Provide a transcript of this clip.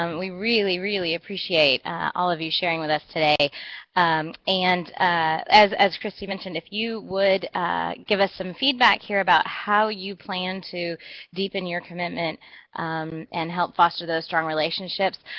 um we really, really appreciate all of you sharing with us today and as as kristie mentioned, if you would give us some feedback about how you plan to deepen your commitment and help foster those strong relationships.